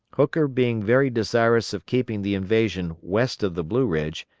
hooker being very desirous of keeping the invasion west of the blue ridge,